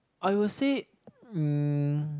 I will say um